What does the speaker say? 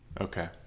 Okay